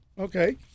Okay